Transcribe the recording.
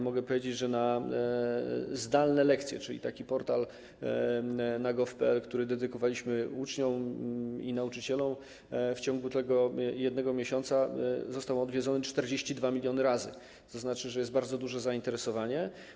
Mogę powiedzieć, że zdalne lekcje, czyli taki portal na gov.pl, który dedykowaliśmy uczniom i nauczycielom, w ciągu tego jednego miesiąca odwiedzono 42 mln razy, co znaczy, że jest bardzo duże zainteresowanie.